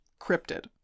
cryptid